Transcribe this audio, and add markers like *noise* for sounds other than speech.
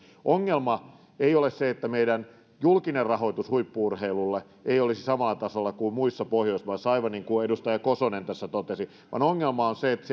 ongelma ei ole se että meidän julkinen rahoitus huippu urheilulle ei olisi samalla tasolla kuin muissa pohjoismaissa aivan niin kuin edustaja kosonen tässä totesi vaan ongelma on se että *unintelligible*